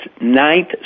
ninth